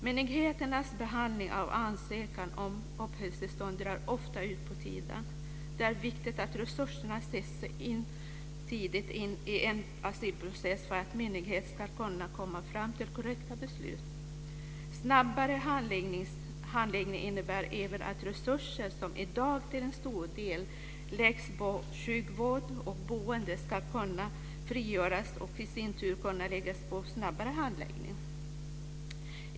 Myndigheternas behandling av ansökan om uppehållstillstånd drar ofta ut på tiden. Det är viktigt att resurserna sätts in tidigt i en asylprocess för att myndigheterna ska kunna komma fram till korrekta beslut. Snabbare handläggning innebär även att resurser som i dag till stor del läggs på sjukvård och boende skulle kunna frigöras och i sin tur kunna läggas på snabbare handläggning.